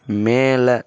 மேலே